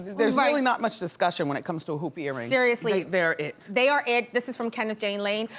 there's really not much discussion when it comes to a hoop earring. seriously. they are it. they are it, this is from kenneth jay lane.